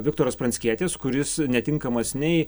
viktoras pranckietis kuris netinkamas nei